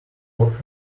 off